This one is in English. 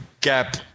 gap